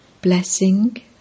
Blessing